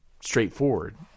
straightforward